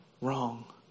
wrong